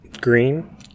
Green